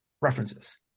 references